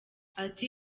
ati